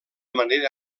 manera